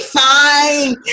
fine